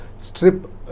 strip